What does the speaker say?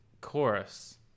chorus